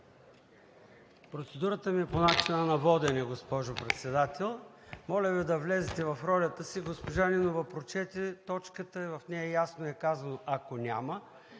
Процедурата ми е по начина на водене, госпожо Председател. Моля Ви да влезете в ролята си. Госпожа Нинова прочете точката и в нея ясно е казано „ако няма